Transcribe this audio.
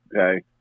Okay